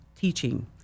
teaching